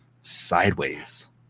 sideways